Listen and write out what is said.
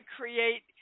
create